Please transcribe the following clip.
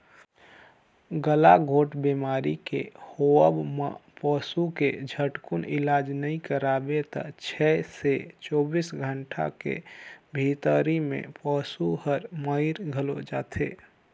गलाघोंट बेमारी के होवब म पसू के झटकुन इलाज नई कराबे त छै से चौबीस घंटा के भीतरी में पसु हर मइर घलो जाथे